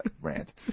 rant